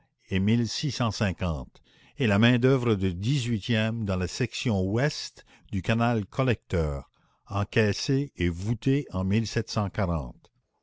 et est la main-d'oeuvre du dix-huitième dans la section ouest du canal collecteur encaissée et voûtée en